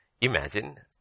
Imagine